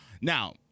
Now